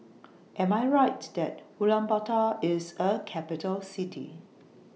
Am I Right that Ulaanbaatar IS A Capital City